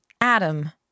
Adam